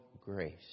grace